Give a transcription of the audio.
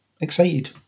excited